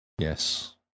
Yes